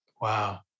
Wow